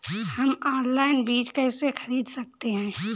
हम ऑनलाइन बीज कैसे खरीद सकते हैं?